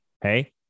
hey